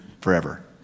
forever